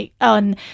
on